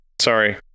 sorry